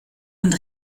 und